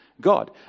God